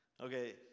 Okay